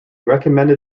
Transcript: recommended